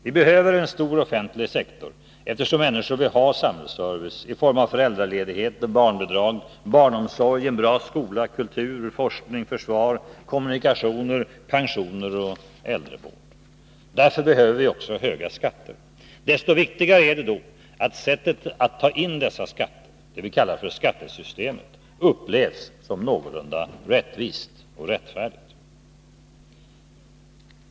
Vi behöver en stor offentlig sektor, eftersom människor vill ha samhällsservice i form av föräldraledighet och barnbidrag, barnomsorg, en bra skola, kultur och forskning, försvar, kommunikationer, pensioner och äldrevård. Därför behöver vi också höga skatter. Desto viktigare är det då att sättet att ta in dessa skatter — det som vi kallar för skattesystemet — upplevs som någorlunda rättvist och rättfärdigt.